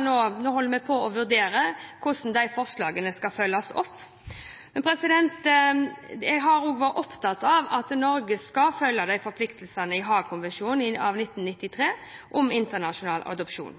nå holder vi på med å vurdere hvordan forslagene skal følges opp. Jeg har vært opptatt av at Norge skal følge forpliktelsene i Haagkonvensjonen av 1993 om internasjonal adopsjon.